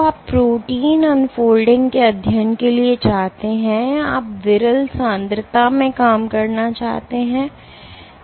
तो आप protein unfolding के अध्ययन के लिए चाहते हैं आप विरल सांद्रता में काम करना चाहते हैं